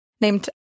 named